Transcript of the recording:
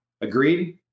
Agreed